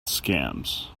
scams